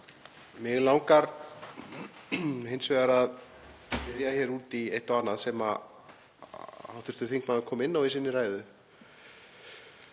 Mig langar hins vegar að spyrja út í eitt og annað sem hv. þingmaður kom inn á í sinni ræðu.